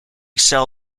sell